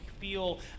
feel